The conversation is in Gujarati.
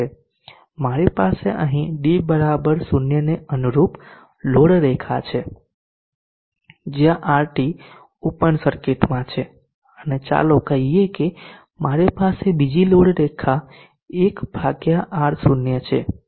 મારી પાસે અહીં d 0 ને અનુરૂપ લોડ રેખા છે જ્યાં RT ઓપન સર્કિટમાં છે અને ચાલો કહીએ કે મારી પાસે બીજી લોડ રેખા 1R0 છે